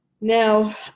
Now